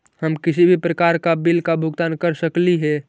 हम किसी भी प्रकार का बिल का भुगतान कर सकली हे?